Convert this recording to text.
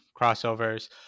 crossovers